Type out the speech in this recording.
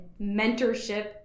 mentorship